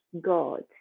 God